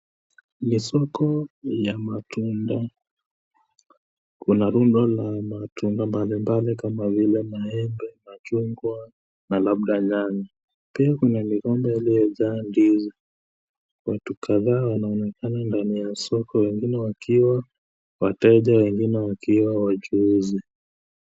Ni soko la matunda, kuna rundo la matunda mbalimbali kama vile maembe, machungwa na labda nyanya. Pia kuna migomba iliyojaa ndizi, watu kadhaa wanaonekana ndani ya soko, wengine wakiwa wateja, wengine wakiwa wachuuzi.